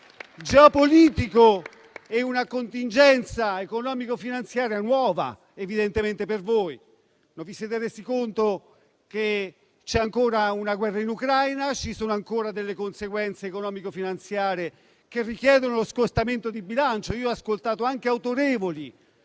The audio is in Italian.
geopolitico e una contingenza economico-finanziaria evidentemente nuova per voi. Non vi siete resi conto che c'è ancora una guerra in Ucraina e ci sono ancora conseguenze economico-finanziarie che richiedono lo scostamento di bilancio. Ho ascoltato anche autorevoli